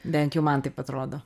bent jau man taip atrodo